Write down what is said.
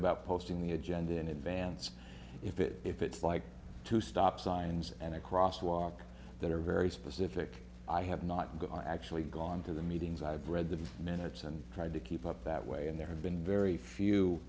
about posting the agenda in advance if it if it's like to stop signs and a cross walk that are very specific i have not gone actually gone to the meetings i've read the minutes and tried to keep up that way and there have been very few